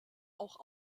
auch